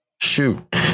shoot